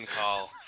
call